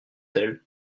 elles